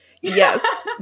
Yes